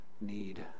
need